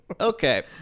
Okay